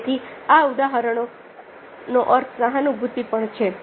તેથી આ ઉદાહરણો અર્થ સહાનુભૂતિના પણ છે